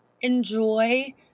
enjoy